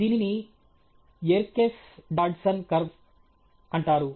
దీనిని Yerkes Dodson curve అంటారు